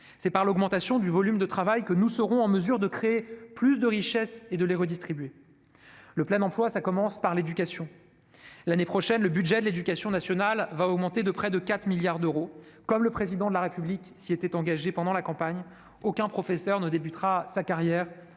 C'est par l'augmentation du volume de travail que nous serons en mesure de créer plus de richesses et de les redistribuer. Le plein emploi commence par l'éducation. L'année prochaine, le budget de l'éducation nationale augmentera de près de 4 milliards d'euros : comme le Président de la République s'y était engagé pendant la campagne, aucun professeur ne commencera sa carrière